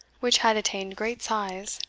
which had attained great size.